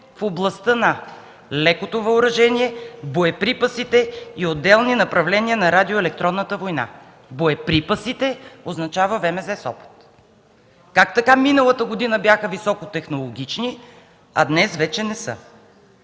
в областта на лекото въоръжение, боеприпасите и отделни направления на радио-електронната война. „Боеприпасите” означава ВМЗ – Сопот. Как така миналата година бяха високотехнологични, а днес вече не са?!